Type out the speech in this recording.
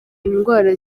indwara